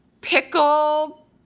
Pickle